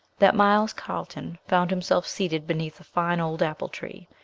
that miles carlton found himself seated beneath a fine old apple tree,